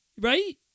right